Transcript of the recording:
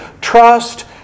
Trust